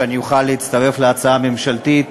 שאני אוכל להצטרף להצעה הממשלתית